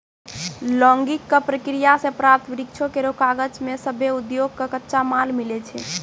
logging क प्रक्रिया सें प्राप्त वृक्षो केरो कागज सें सभ्भे उद्योग कॅ कच्चा माल मिलै छै